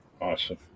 Awesome